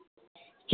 की सब